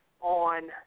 on